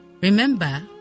Remember